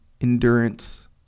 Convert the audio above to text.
Endurance